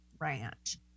Ranch